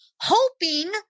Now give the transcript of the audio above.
hoping